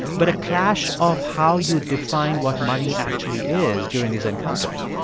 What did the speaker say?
but a clash of how you define what money actually is during these encounters